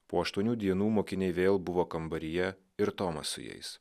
po aštuonių dienų mokiniai vėl buvo kambaryje ir tomas su jais